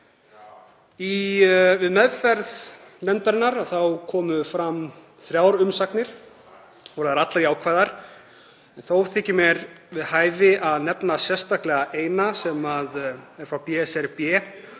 Í meðferð nefndarinnar komu þrjár umsagnir og voru þær allar jákvæðar. Mér þykir þó við hæfi að nefna sérstaklega eina sem er frá BSRB.